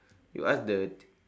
you ask the